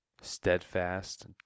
steadfast